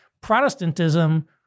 Protestantism